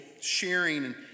sharing